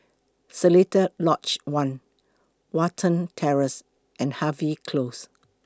Seletar Lodge one Watten Terrace and Harvey Close